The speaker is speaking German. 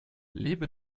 lebe